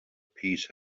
peace